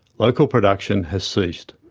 local production has ceased.